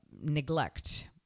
neglect